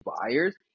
buyers